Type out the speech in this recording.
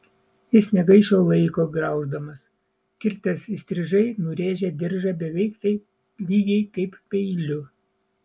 jis negaišo laiko grauždamas kirtęs įstrižai nurėžė diržą beveik taip lygiai kaip peiliu